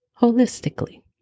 holistically